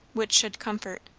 which should comfort.